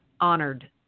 honored